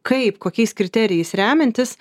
kaip kokiais kriterijais remiantis